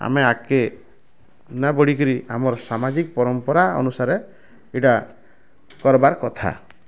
ଆମେ ଆଗକେ ନା ବଢ଼ିକିରି ଆମର୍ ସାମାଜିକ ପରମ୍ପରା ଅନୁସାରେ ଇଟା କରବାର୍ କଥା